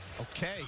Okay